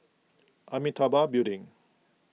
Amitabha Building